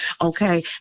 okay